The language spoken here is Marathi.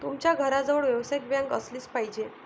तुमच्या घराजवळ व्यावसायिक बँक असलीच पाहिजे